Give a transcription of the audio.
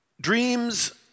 Dreams